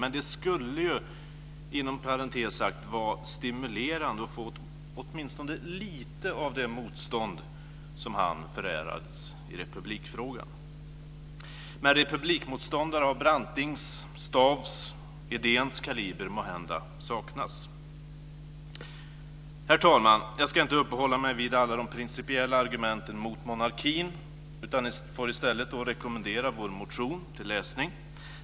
Men det skulle ju inom parentes sagt vara stimulerande att få åtminstone lite av det motstånd som han förärades i republikfrågan. Edéns kaliber saknas måhända. Herr talman! Jag ska inte uppehålla mig vid alla de principiella argumenten mot monarkin. Jag får i stället rekommendera vår motion till läsning.